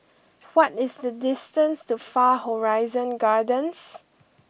what is the distance to Far Horizon Gardens